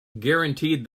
guaranteed